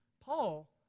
Paul